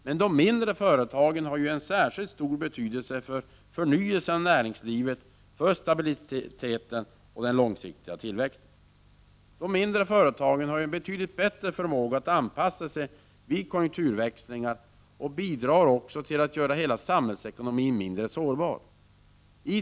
Men de mindre företagen har en särskilt stor betydelse för förnyelsen av näringslivet, stabiliteten och den långsiktiga tillväxten. De mindre företagen har en betydligt bättre förmåga att anpassa sig vid konjunkturväxlingar, och de bidrar också till att göra hela samhällsekonomin mindre sårbar.